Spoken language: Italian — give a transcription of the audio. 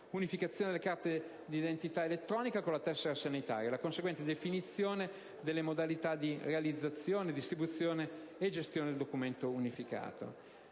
unificazione della carta d'identità elettronica con la tessera sanitaria e la conseguente definizione delle modalità di realizzazione, distribuzione e gestione del documento unificato.